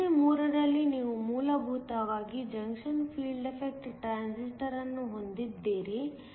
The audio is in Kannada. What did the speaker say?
ಪ್ರಶ್ನೆ 3 ರಲ್ಲಿ ನೀವು ಮೂಲಭೂತವಾಗಿ ಜಂಕ್ಷನ್ ಫೀಲ್ಡ್ ಎಫೆಕ್ಟ್ ಟ್ರಾನ್ಸಿಸ್ಟರ್ ಅನ್ನು ಹೊಂದಿದ್ದೀರಿ